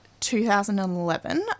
2011